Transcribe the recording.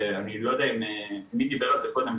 ואני לא יודע מי דיבר על זה קודם,